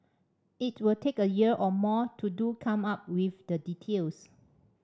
it will take a year or more to do come up with the details